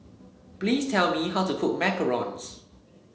please tell me how to cook macarons